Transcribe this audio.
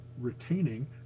retaining